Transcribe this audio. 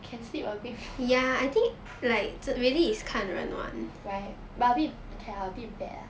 can sleep a bit right but a bit okay a bit bad lah